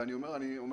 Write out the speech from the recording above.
ואני אומר זמין,